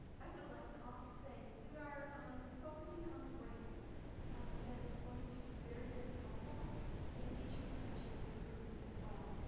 i would like to also say, we are focusing on a grant that is going to be very very helpful in teacher retention and recruitment as well.